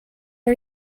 are